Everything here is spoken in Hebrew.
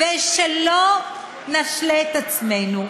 ושלא נשלה את עצמנו.